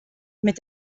mit